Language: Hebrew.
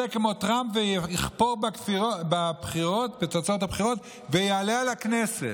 כמו טראמפ ויכפור בתוצאות הבחירות ויעלה על הכנסת,